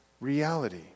reality